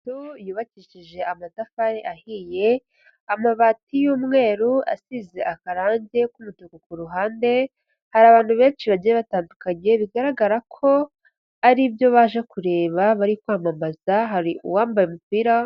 Inzu yubakishije amatafari ahiye, amabati y'umweru asize akarange k'umutuku ku ruhande, hari abantu benshi bagiye batandukanye bigaragara ko ari byo baje kureba bari kwamamaza hari uwambaye umupira.